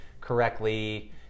correctly